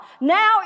Now